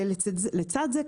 ולצד זה,